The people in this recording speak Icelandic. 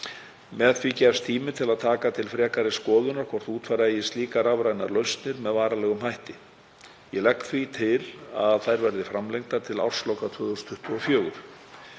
Með því gefst tími til að taka til frekari skoðunar hvort útfæra eigi slíkar rafrænar lausnir með varanlegum hætti. Ég legg því til að þær verði framlengdar til ársloka 2024.